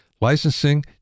licensing